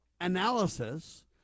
analysis